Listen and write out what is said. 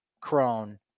Crone